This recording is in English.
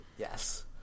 Yes